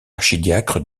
archidiacre